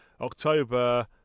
October